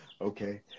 Okay